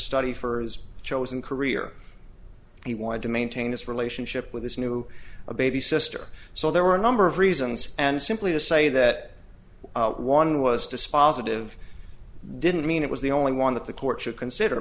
study for his chosen career he wanted to maintain this relationship with this new baby sister so there were a number of reasons and simply to say that one was dispositive didn't mean it was the only one that the court should consider